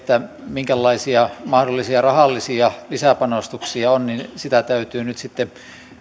minkälaisia mahdollisia rahallisia lisäpanostuksia on täytyy nyt sitten